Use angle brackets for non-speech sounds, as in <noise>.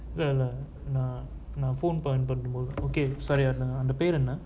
<laughs> sorry அந்த பேரு என்ன:antha peru enna